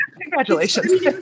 Congratulations